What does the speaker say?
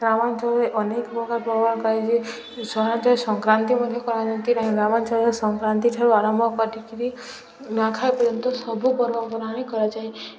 ଗ୍ରାମାଞ୍ଚଳରେ ଅନେକ ପ୍ରକାର ପର୍ବ କରାଯାଏ ସହରାଞ୍ଚଳରେ ସଂକ୍ରାନ୍ତି ମଧ୍ୟ କରାଯାଆନ୍ତି ଗ୍ରାମାଞ୍ଚଳରେ ସଂକ୍ରାନ୍ତିଠାରୁ ଆରମ୍ଭ କରିକିରି ନୂଆଖାଇ ପର୍ଯ୍ୟନ୍ତ ସବୁ ପର୍ବପର୍ବାଣି କରାଯାଏ